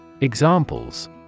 Examples